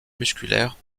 musculaires